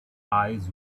eyes